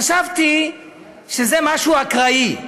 חשבתי שזה משהו אקראי,